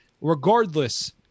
Regardless